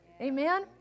Amen